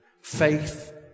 Faith